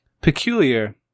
Peculiar